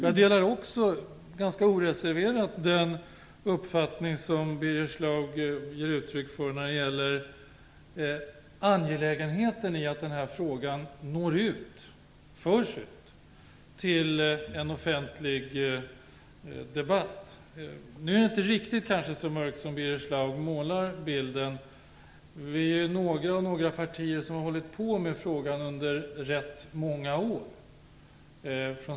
Jag delar också, ganska oreserverat, den uppfattning som Birger Schlaug ger uttryck för när det gäller angelägenheten av att denna fråga förs ut till en offentlig debatt. Nu är bilden kanske inte riktigt så mörk som Birger Schlaug målar upp den. Några partier har arbetat med frågan under ganska många år.